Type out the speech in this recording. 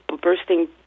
bursting